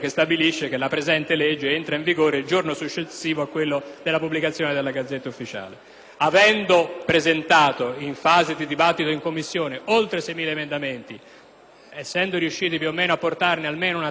Avendo presentato in fase di dibattito in Commissione oltre 6.000 emendamenti ed essendo riuscito a portarne almeno una trentina in dibattito in Aula, è chiaro che il mio voto è contrario anche su quest'ultimo articolo.